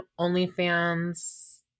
OnlyFans